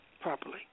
properly